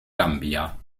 gambia